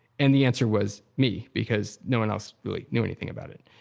and the answer was me, because no one else really knew anything about it.